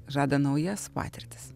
žada naujas patirtis